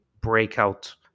breakout